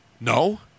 No